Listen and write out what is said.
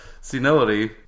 senility